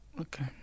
Okay